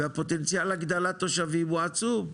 והפוטנציאל הגדלת התושבים הוא עצום.